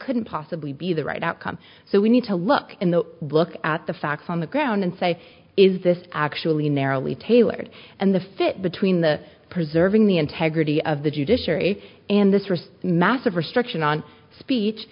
couldn't possibly be the right outcome so we need to look in the book at the facts on the ground and say is this actually narrowly tailored and the fit between the preserving the integrity of the judiciary and this risk massive restriction on speech